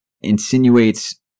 insinuates